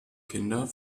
kinder